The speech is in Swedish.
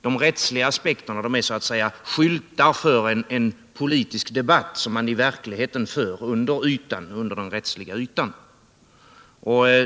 De rättsliga aspekterna är så att säga skyltar för en politisk debatt som man i verkligheten för under den rättsliga ytan.